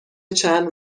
چند